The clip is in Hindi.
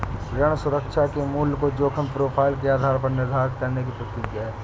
ऋण सुरक्षा के मूल्य को जोखिम प्रोफ़ाइल के आधार पर निर्धारित करने की प्रक्रिया है